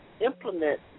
implement